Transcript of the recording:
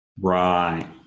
Right